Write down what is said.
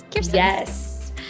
Yes